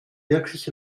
wirklich